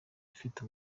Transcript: bifite